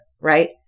right